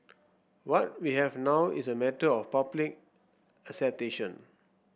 what we have now is a matter of public